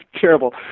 terrible